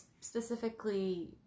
specifically